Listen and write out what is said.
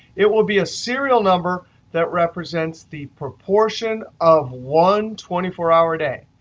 it will be a serial number that represents the proportion of one twenty four hour day.